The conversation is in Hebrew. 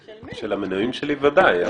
של המינויים שלי בוודאי.